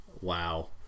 Wow